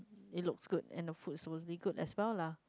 it's look good and the good was really good as well lah